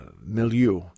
milieu